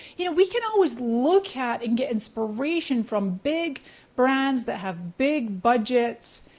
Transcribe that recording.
you know we can always look at and get inspiration from big brands that have big budgets,